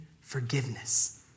forgiveness